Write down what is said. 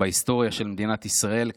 בהיסטוריה של מדינת ישראל,